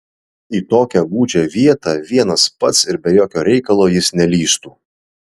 į tokią gūdžią vietą vienas pats ir be jokio reikalo jis nelįstų